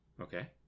Okay